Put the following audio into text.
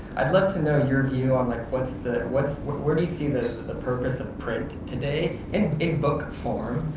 i'd love to know your view on like what's the, where where do you see the the purpose of print today in in book form,